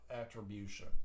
attribution